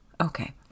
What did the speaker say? Okay